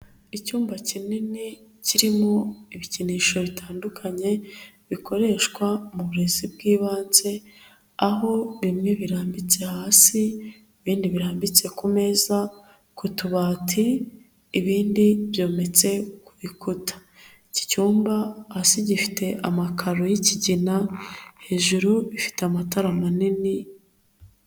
Icyumba kinini kirimo ibikinisho bitandukanye bikoreshwa mu burezi bw'ibanze, aho bimwe birambitse hasi ibindi birambitse ku meza, ku tubati ibindi byometse ku bikuta. Iki cyumba hasi gifite amakaro y'ikigina hejuru bifite amatara manini.